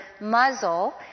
muzzle